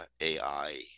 AI